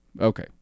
Okay